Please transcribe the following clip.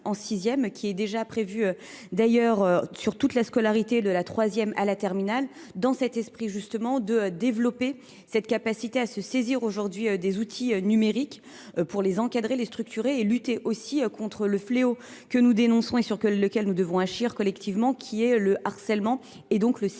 qui est déjà prévue d'ailleurs sur toute la scolarité de la troisième à la terminale dans cet esprit justement de développer cette capacité à se saisir aujourd'hui des outils numériques pour les encadrer, les structurer et lutter aussi contre le fléau que nous dénonçons et sur lequel nous devons achir collectivement qui est le harcèlement et donc le cyber